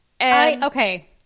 Okay